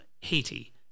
Haiti